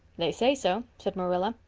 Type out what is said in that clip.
they say so, said marilla,